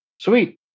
Sweet